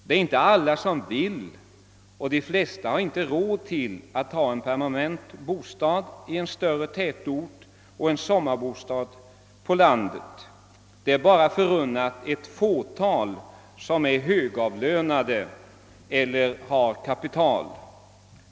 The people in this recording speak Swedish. Det är inte alla som vill och de flesta har inte råd att ha en permanent bostad i en större tätort och en sommarbostad på landet; det är bara förunnat ett fåtal människor som är högavlönade eller har kapital.